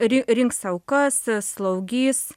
ri rinks aukas slaugys